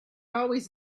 always